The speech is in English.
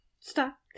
Stop